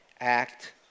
Act